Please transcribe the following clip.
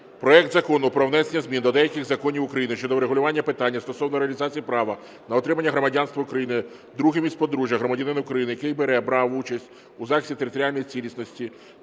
проект Закону про внесення змін до деяких законів України щодо врегулювання питання стосовно реалізації права на отримання громадянства України другим із подружжя громадянина України, який бере (брав) участь у захисті територіальної цілісності